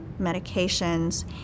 medications